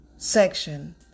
Section